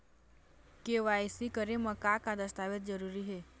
KYC करे म का का दस्तावेज जरूरी हे?